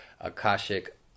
Akashic